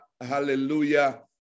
hallelujah